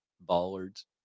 bollards